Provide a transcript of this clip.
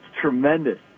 tremendous